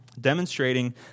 demonstrating